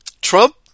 Trump